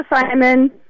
Simon